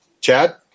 Chad